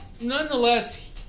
nonetheless